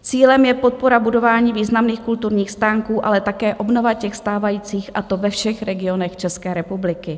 Cílem je podpora budování významných kulturních stánků, ale také obnova těch stávajících, a to ve všech regionech České republiky.